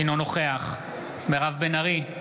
אינו נוכח מירב בן ארי,